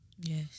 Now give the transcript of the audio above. Yes